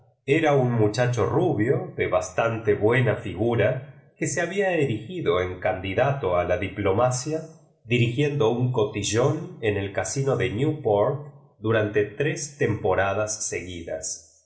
era un muchacho rubio de bastan te buena figura que se había erigido en candidato a la diplomacia dirigiendo un cotillón cu d casino de newport durante tres temporadas seguidas